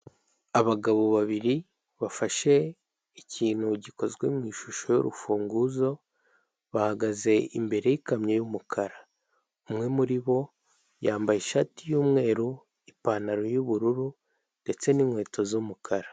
Abagabo babiri bafashe ikintu gikozwe mu ishusho y'urufunguzo bahagaze imbere y'ikamyo y'umukara, umwe muri bo yambaye ishati y'umweru, ipantaro y'ubururu ndetse n'inkweto z'umukara.